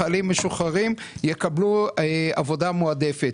חיילים משוחררים יקבלו עבודה מועדפת.